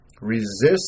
Resist